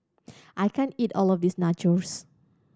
I can't eat all of this Nachos